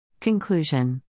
Conclusion